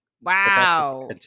wow